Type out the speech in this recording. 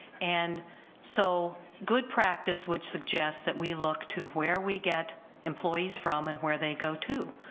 and so good practice which suggests that we look to where we get employees from and where they go to,